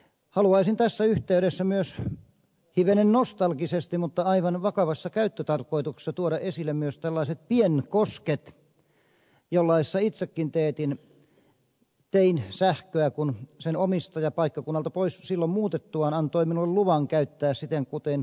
haluaisin tässä yhteydessä myös hivenen nostalgisesti mutta aivan vakavassa käyttötarkoituksessa tuoda esille myös tällaiset pienkosket jollaisessa itsekin tein sähköä kun sen omistaja paikkakunnalta pois silloin muutettuaan antoi minulle luvan käyttää sitä kuten omaa laitosta